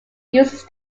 uses